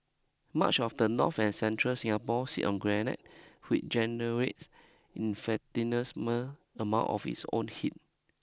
much of the north and central Singapore sits on granite which generates amount of its own heat